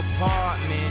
apartment